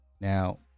Now